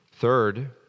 Third